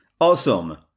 Awesome